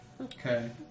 Okay